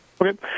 Okay